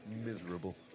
miserable